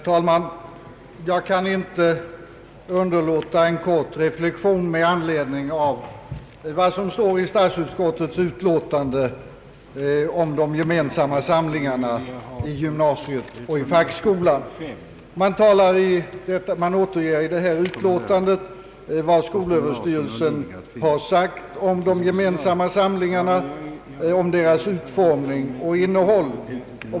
Herr talman! Jag kan inte underlåta att göra en kort reflexion med anledning av vad som står i statsutskottets utlåtande om de gemensamma samlingarna i gymnasiet och fackskolan. Man återger i utlåtandet vad skolöverstyrelsen har sagt om de gemensamma samlingarna, deras utformning och innehåll.